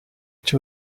each